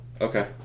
Okay